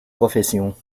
professions